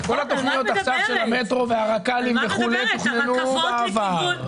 הרי כל התכניות של המטרו והרק"לים וכו' תוכננו בעבר,